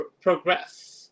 progress